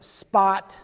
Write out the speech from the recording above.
spot